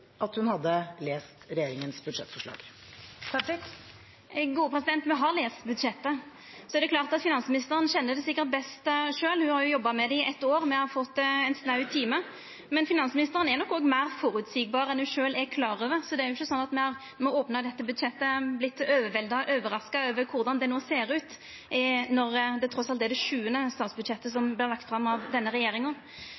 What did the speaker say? at hun hadde lest regjeringens budsjettforslag. Me har lest budsjettet. Så er det klart at finansministeren sikkert kjenner det best sjølv – ho har jobba med det i eit år, me har fått ein snau time. Men finansministeren er nok òg meir føreseieleg enn ho sjølv er klar over. Det er ikkje sånn at me har opna dette budsjettet og vorte overvelda og overraska over korleis det no ser ut, når det trass alt er det sjuande statsbudsjettet som